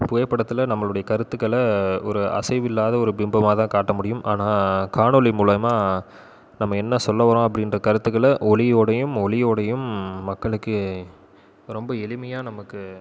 புகைப்படத்தில் நம்மளுடைய கருத்துக்களை ஒரு அசைவு இல்லாத ஒரு பிம்பமாக தான் காட்ட முடியும் ஆனால் காணொளி மூலிமா நம்ம என்ன சொல்ல வர்றோம் அப்படின்ற கருத்துக்களை ஒளியோடையும் ஒலியோடையும் மக்களுக்கு ரொம்ப எளிமையாக நமக்கு